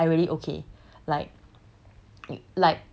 I okay I really okay like